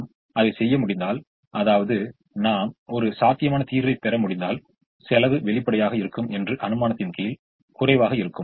நாம் அதைச் செய்ய முடிந்தால் அதாவது நாம் ஒரு சாத்தியமான தீர்வைப் பெற முடிந்தால் செலவு வெளிப்படையாக இருக்கும் என்ற அனுமானத்தின் கீழ் குறைவாக இருக்கும்